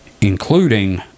Including